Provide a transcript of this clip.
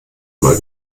mal